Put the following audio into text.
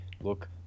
look